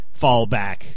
fallback